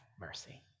mercy